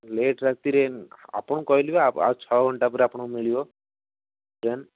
late ରାତିରେ ଆପଣଙ୍କୁ କହିଲି ପା ଆଉ ଛଅ ଘଣ୍ଟା ପରେ ଆପଣଙ୍କୁ ମିଳିବ ଟ୍ରେନ୍